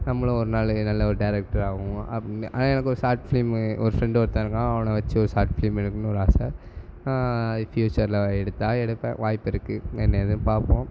நம்மளும் ஒரு நாள் நல்ல ஒரு டேரெக்டராக ஆகணும் அப்படின்னு ஆனால் எனக்கு ஒரு ஷார்ட் ஃப்லிமு ஒரு ஃப்ரெண்டு ஒருத்தன் இருக்கான் அவனை வச்சு ஒரு ஷார்ட் ஃபிலிம் எடுக்கணும்னு ஒரு ஆசை ஃப்யூச்சரில் எடுத்தால் எடுப்பேன் வாய்ப்பு இருக்குது என்ன ஏதுன்னு பார்ப்போம்